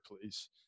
please